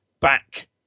back